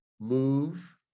move